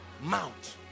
mount